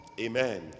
Amen